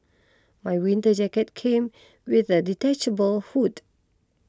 my winter jacket came with a detachable hood